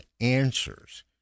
answers